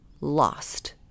lost